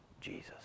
Jesus